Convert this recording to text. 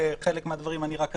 וחלק מהדברים אני רק אדגיש.